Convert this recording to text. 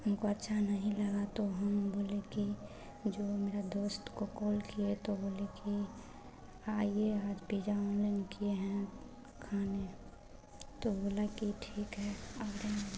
हमको अच्छा नहीं लगा तो हम बोले कि जो मेरा दोस्त को कॉल किए तो बोले कि आइए आज पीजा ऑनलाइन खियाएँ खाने तो बोला कि ठीक है आ रहे हैं